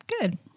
good